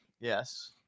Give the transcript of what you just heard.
Yes